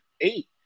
eight